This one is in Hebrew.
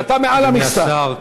אדוני השר,